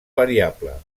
variable